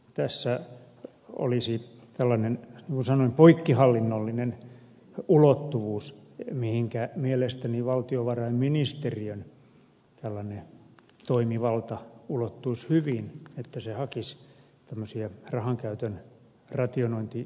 tässä olisi tällainen niin kuin sanoin poikkihallinnollinen ulottuvuus mihinkä mielestäni valtiovarainministeriön toimivalta ulottuisi hyvin ja että se hakisi tämmöisiä rahan käytön rationointihyötyjä